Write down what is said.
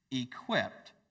equipped